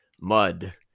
Mud